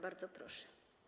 Bardzo proszę.